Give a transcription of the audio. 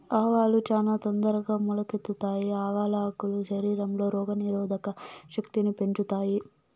ఆవాలు చానా తొందరగా మొలకెత్తుతాయి, ఆవాల ఆకులు శరీరంలో రోగ నిరోధక శక్తిని పెంచుతాయి